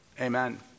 Amen